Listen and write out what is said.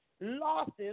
losses